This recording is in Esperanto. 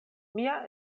mia